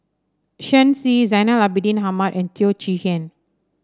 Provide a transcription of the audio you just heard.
Shen Xi Zainal Abidin Ahmad and Teo Chee Hean